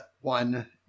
one